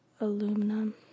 Aluminum